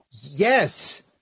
Yes